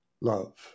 love